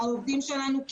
העובדים שלנו,